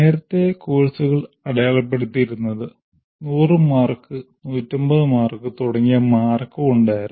നേരത്തെ കോഴ്സുകൾ അടയാളപ്പെടുത്തിയിരുന്നത് 100 മാർക്ക് 150 മാർക്ക് തുടങ്ങിയ മാർക്ക് കൊണ്ടായിരുന്നു